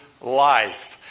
life